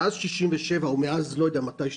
מאז 1967, או מתי שתגיד,